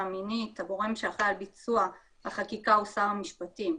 מינית הגורם שאחראי על ביצוע החקיקה הוא שר המשפטים,